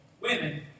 Women